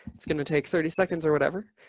it's going to take thirty seconds or whatever.